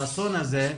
האסון הזה,